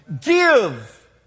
Give